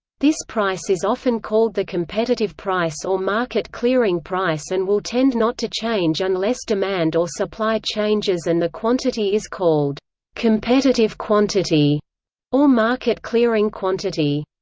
this price is often called the competitive price or market clearing price and will tend not to change unless demand or supply changes and the quantity is called competitive quantity or market clearing quantity.